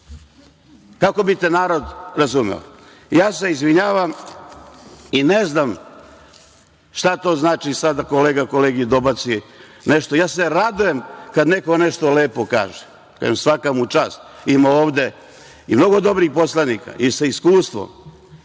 Kako bi te narod razumeo? Ja se izvinjavam i ne znam šta to znači sad da kolega kolegi dobaci nešto? Ja se radujem kada neko nešto lepo kaže. Kažem, svaka mu čast! Ima ovde i mnogo dobrih poslanika i sa iskustvom,